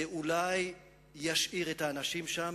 זה אולי ישאיר את האנשים שם.